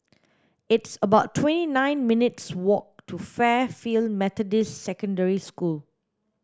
it's about twenty nine minutes' walk to Fairfield Methodist Secondary School